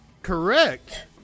correct